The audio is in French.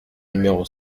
numéro